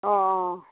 অঁ অঁ